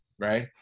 Right